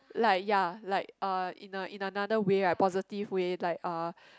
like ya like uh in a in a another way ah positive way like uh